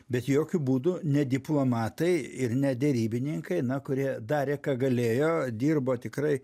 bet jokiu būdu ne diplomatai ir ne derybininkai na kurie darė ką galėjo dirbo tikrai